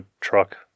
truck